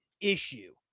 issue